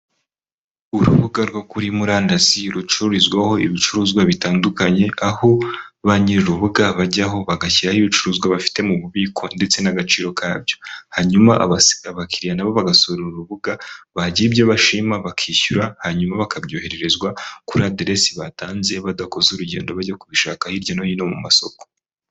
Urubuga rwo kuri murandasi rucururizwaho ibicuruzwa bitandukanye, aho ba nyir'urubuga bajyaho bagashyiraho ibicuruzwa bafite mu bubiko ndetse n'agaciro kabyo, hanyuma abakiriya na bo bagasura urubuga bagira ibyo bashima bakishyura hanyuma bakabyoherererezwa kuri aderesi batanze badakoze urugendo bajya kubishaka hirya no hino mu masoko.